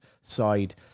side